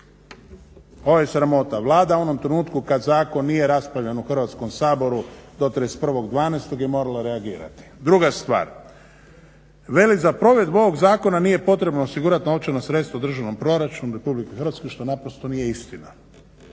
Ovo je sramota. Vlada u onom trenutku kada zakon nije raspravljen u Hrvatskom saboru do 31.12. je morala reagirati. Druga stvar, veli za provedbu ovoga zakon nije potrebno osigurati novčana sredstva u državnom proračunu Republike Hrvatske što naprosto nije istina.